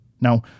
Now